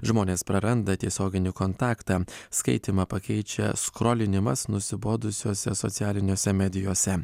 žmonės praranda tiesioginį kontaktą skaitymą pakeičia skrolinimas nusibodusiose socialinėse medijose